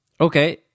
Okay